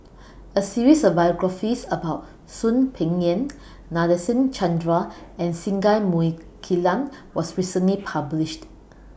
A series of biographies about Soon Peng Yam Nadasen Chandra and Singai Mukilan was recently published